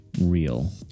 real